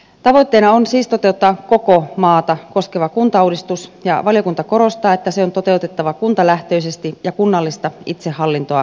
tavoitteena on siis toteuttaa koko maata koskeva kuntauudistus ja valiokunta korostaa että se on toteutettava kuntalähtöisesti ja kunnallista itsehallintoa vahvistaen